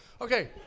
Okay